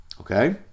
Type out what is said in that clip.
okay